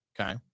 Okay